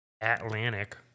Atlantic